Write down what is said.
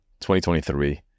2023